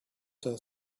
the